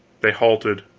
they halted,